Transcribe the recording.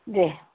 جی